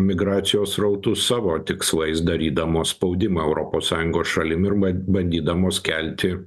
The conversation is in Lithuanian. migracijos srautus savo tikslais darydamos spaudimą europos sąjungos šalim ir ban bandydamos kelti